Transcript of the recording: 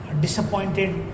disappointed